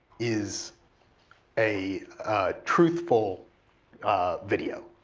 is a truthful video.